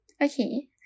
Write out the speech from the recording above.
Okay